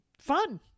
fun